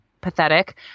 pathetic